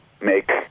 make